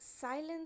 silence